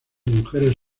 mujeres